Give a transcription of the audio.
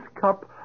cup